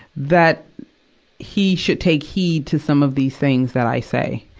that he should take heed to some of these things that i say.